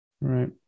right